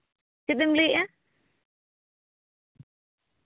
ᱪᱮᱫᱮᱢ ᱞᱟᱹᱭᱮᱜᱼᱟ